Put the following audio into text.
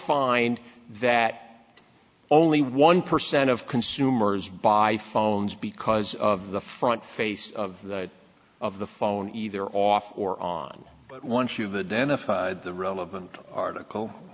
find that only one percent of consumers buy phones because of the front face of the of the phone either off or on but once you the den of the relevant article